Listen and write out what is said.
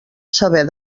saber